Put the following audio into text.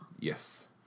Yes